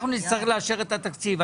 אנחנו נצטרך לאשר את התקציב.